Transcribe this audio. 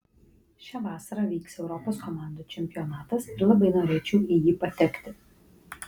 šią vasarą vyks europos komandų čempionatas ir labai norėčiau į jį patekti